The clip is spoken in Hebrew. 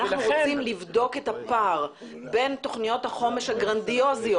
אנחנו רוצים לבדוק את הפער בין תוכניות החומש הגרנדיוזיות